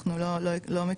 אנחנו לא מכירות,